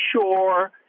sure